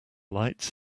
lights